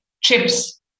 chips